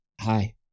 hi